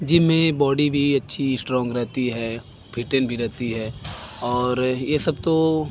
gym में body भी अच्छी इश्ट्रांग रहती है फिट भी रहती है और ये सब तो